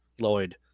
lloyd